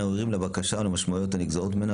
אנו ערים לבקשה ולמשמעויות הנגזרות ממנה,